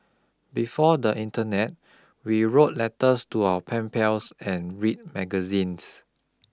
before the internet we wrote letters to our pen pals and read magazines